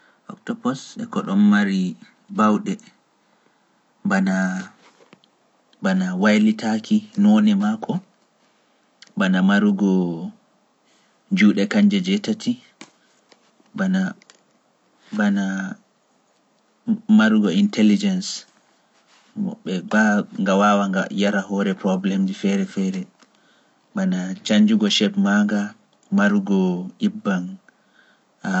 Octopus e ko ɗon mari baawɗe, bana waylitaaki noone maako, bana marugo juuɗe kanje jeetati, bana marugo intelligence, mbaa! nga waawa nga yara hoore problémeji feere feere, bana canjugo shape maa nga, marugo ƴibbaŋ dan none fere.